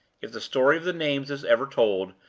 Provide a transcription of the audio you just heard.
if the story of the names is ever told,